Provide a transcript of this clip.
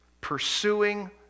pursuing